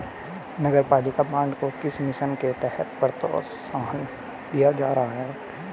नगरपालिका बॉन्ड को किस मिशन के तहत प्रोत्साहन दिया जा रहा है?